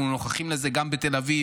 אנחנו נוכחים בזה גם בתל אביב,